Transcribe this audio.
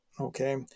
okay